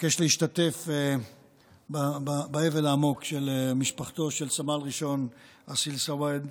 מבקש להשתתף באבל העמוק של משפחתו של סמל ראשון אסיל סואעד,